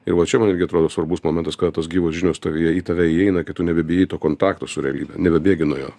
ir va čia man irgi atrodo svarbus momentas kada tos gyvos žinios tavyje į tave įeina kai tu nebebijai to kontakto su realybe nebebėgi nuo jo